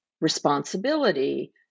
responsibility